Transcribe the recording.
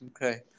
Okay